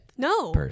No